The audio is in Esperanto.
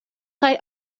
kaj